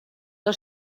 que